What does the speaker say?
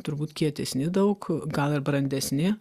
turbūt kietesni daug gal ir brandesni